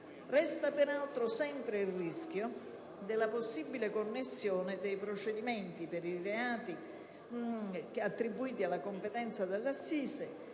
Resta peraltro sempre il rischio della possibile connessione dei procedimenti per i reati attribuiti alla competenza della